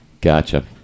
Gotcha